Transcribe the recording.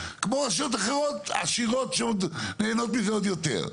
כמו רשויות אחרות עשירות שנהנות מזה עוד יותר.